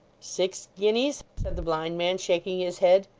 six guineas said the blind man, shaking his head,